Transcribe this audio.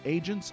Agents